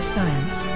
Science